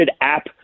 app